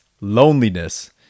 loneliness